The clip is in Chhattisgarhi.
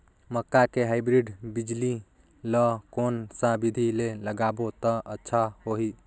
मक्का के हाईब्रिड बिजली ल कोन सा बिधी ले लगाबो त अच्छा होहि?